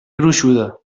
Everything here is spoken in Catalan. gruixuda